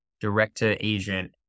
direct-to-agent